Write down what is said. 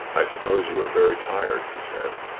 i suppose you are very tired, he said.